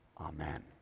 amen